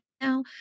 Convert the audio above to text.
now